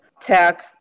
Tech